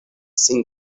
sin